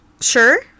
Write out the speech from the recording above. sure